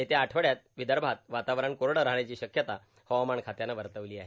येत्या आठवड्यात विदर्भात वातावरण कोरडं राहण्याची शक्यता हवामान खात्यानं वर्तवली आहे